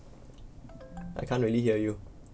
I can't really hear you